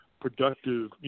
productive